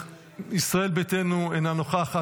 ישראל ביתנו, אינה נוכחת.